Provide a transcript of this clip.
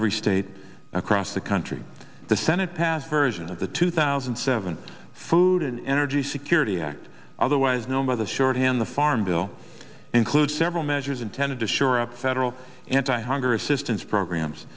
every state across the country the senate passed version of the two thousand and seven food and energy security act otherwise known by the shorthand the farm bill includes several measures intended to shore up federal anti hunger assistance programs